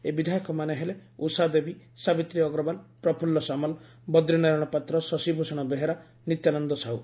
ଏହି ବିଧାୟକମାନେ ହେଲେ ଉଷା ଦେବୀ ସାବିତ୍ରୀ ଅଗ୍ରଓ୍ୱାଲ ପ୍ରଫୁଲ୍ଲ ସାମଲ ବଦ୍ରିନାରାୟଶ ପାତ୍ର ଶଶୀଭୁଷଣ ବେହେରା ନିତ୍ୟାନନ୍ଦ ସାହୁ